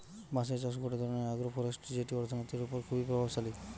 বাঁশের চাষ গটে ধরণের আগ্রোফরেষ্ট্রী যেটি অর্থনীতির ওপর খুবই প্রভাবশালী